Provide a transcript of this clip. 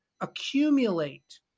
accumulate